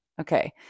Okay